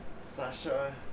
Sasha